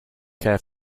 care